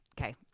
okay